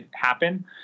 happen